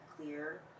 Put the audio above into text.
clear